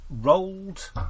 rolled